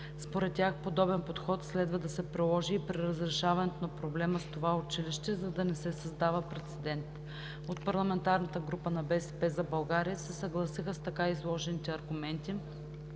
Според тях подобен подход следва да се приложи и при разрешаването на проблема с това училище, за да не се създава прецедент. От парламентарната група на „БСП за България“ се съгласиха с така изложените аргументи.